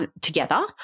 Together